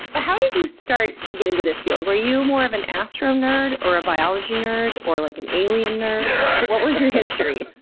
how did you start to get into this field, were you more of an astro nerd, or a biology nerd, or like an alien nerd? what was your history?